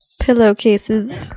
pillowcases